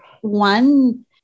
one